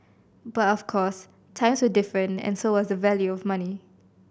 but of course times were different and so was the value of money